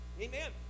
Amen